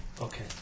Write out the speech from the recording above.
Okay